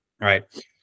right